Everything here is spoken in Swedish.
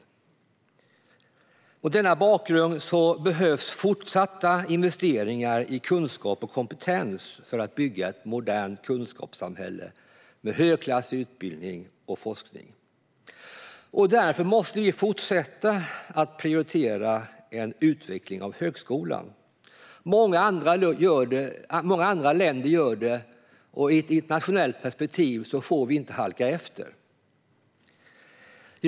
Mot denna bakgrund behövs fortsatta investeringar i kunskap och kompetens för att bygga ett modernt kunskapssamhälle med högklassig utbildning och forskning. Därför måste vi fortsätta att prioritera en utveckling av högskolan. Många andra länder gör detta, och i ett internationellt perspektiv får vi inte halka efter.